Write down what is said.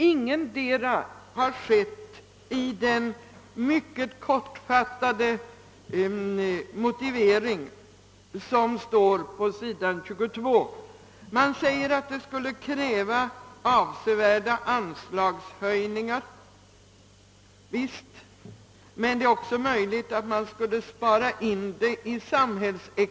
Ingetdera har skett i den mycket kortfattade motivering som återfinns på s. 22. Man säger att förslaget skulle kräva avsevärda anslagshöjningar. Javisst, men det är också möjligt, att man skulle spara in kostnader på andra håll i samhället.